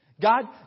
God